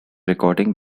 recording